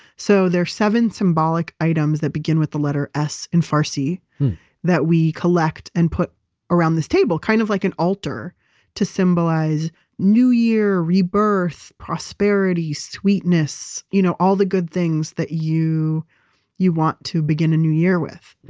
so there are seven symbolic items that begin with the letter s in farsi that we collect and put around this table, kind of like an altar to symbolize new year rebirth, prosperity, sweetness, you know all the good things that you you want to to begin a new year with.